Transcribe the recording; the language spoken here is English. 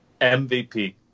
MVP